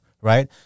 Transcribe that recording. right